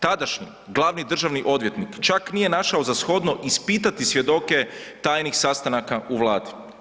Tadašnji glavni državni odvjetnik čak nije našao za shodno ispitati svjedoke tajnih sastanka u Vladi.